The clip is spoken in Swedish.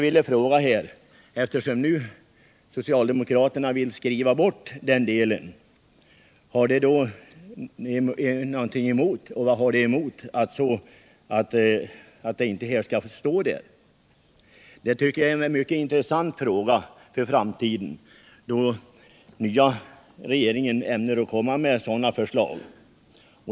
Vad har socialdemokraterna emot denna skrivning, eftersom ni vill ta bort den delen? Jag tycker att det är en mycket intressant fråga för framtiden, då den nya regeringen ämnar framlägga sådana förslag.